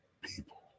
people